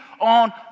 on